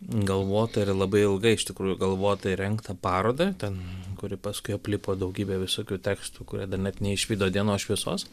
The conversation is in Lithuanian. galvotą ir labai ilgai iš tikrųjų galvotą ir rengtą parodą ten kuri paskui aplipo daugybe visokių tekstų kurie dar net neišvydo dienos šviesos